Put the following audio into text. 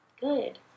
good